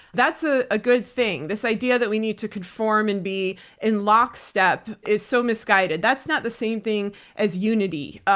that's ah a good thing. this idea that we need to conform and be in lock step is so misguided. that's not the same thing as unity.